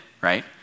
right